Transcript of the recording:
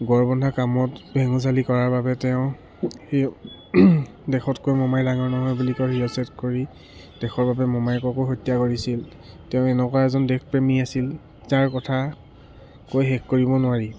গড় বন্ধা কামত ভেঙুচালি কৰাৰ বাবে তেওঁ এই দেশতকৈ মোমাই ডাঙৰ নহয় বুলি কৈ শিচ্ছেদ কৰি দেশৰ বাবে মোমায়েককো হত্যা কৰিছিল তেওঁ এনেকুৱা এজন দেশপ্ৰেমী আছিল যাৰ কথা কৈ শেষ কৰিব নোৱাৰি